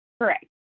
Correct